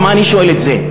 למה אני שואל את זה?